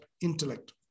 intellect